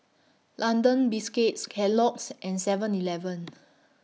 London Biscuits Kellogg's and Seven Eleven